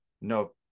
no